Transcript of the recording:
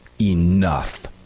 enough